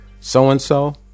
so-and-so